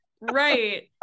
Right